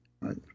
Right